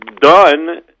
done